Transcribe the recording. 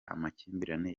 amakimbirane